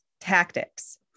tactics